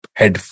head